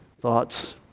thoughts